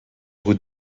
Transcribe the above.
goed